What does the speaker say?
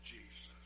Jesus